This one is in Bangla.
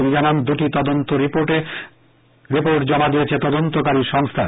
তিনি জানান দুটি তদন্ত রিপোর্ট জমা দিয়েছে তদন্তকারী সংস্থা